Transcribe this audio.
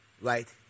Right